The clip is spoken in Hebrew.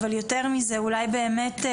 אבל יותר מזה אולי באמת,